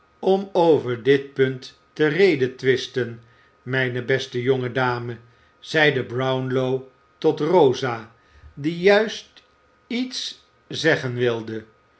om over dit punt te redetwisten mijne beste jonge dame zeide brownlow tot rosa die juist iets zeggen wilde